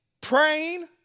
praying